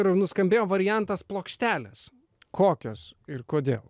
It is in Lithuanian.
ir nuskambėjo variantas plokštelės kokios ir kodėl